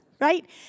right